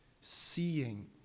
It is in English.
seeing